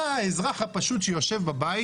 מה האזרח הפשוט שיושב בבית,